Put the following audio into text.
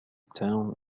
town